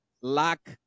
luck